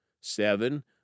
Seven